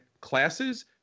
classes